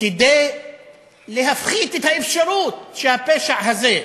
כדי להפחית את האפשרות שהפשע הזה,